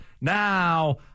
now